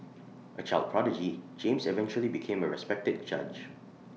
A child prodigy James eventually became A respected judge